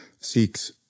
seeks